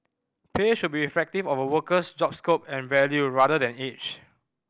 pay should be reflective of a worker's job scope and value rather than age